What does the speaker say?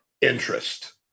interest